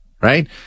right